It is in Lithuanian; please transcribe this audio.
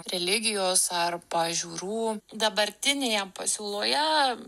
religijos ar pažiūrų dabartinėje pasiūloje